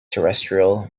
terrestrial